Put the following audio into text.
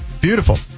Beautiful